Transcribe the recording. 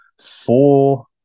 four